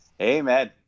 Amen